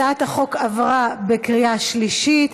הצעת החוק עברה בקריאה שנייה.